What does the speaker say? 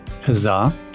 Huzzah